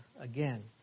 Again